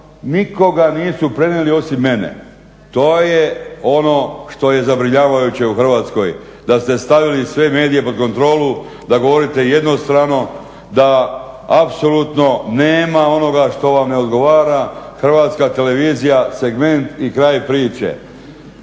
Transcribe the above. nikoga nisu prenijeli osim mene to je ono što je zabrinjavajuće u Hrvatskoj da ste stavili sve medije pod kontrolu, da govorite jednostrano, da apsolutno nema onoga što vam ne odgovara Hrvatska televizija segment i kraj priče.